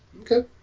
Okay